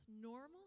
normal